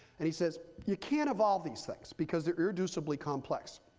and he says, you can't evolve these things because they're irreducibly complex.